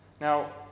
Now